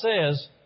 says